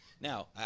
Now